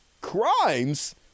crimes